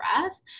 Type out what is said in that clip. breath